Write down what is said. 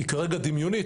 היא כרגע דמיונית,